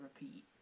repeat